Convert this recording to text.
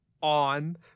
on